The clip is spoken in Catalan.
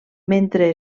mentre